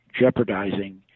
jeopardizing